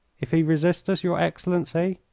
if he resist us, your excellency?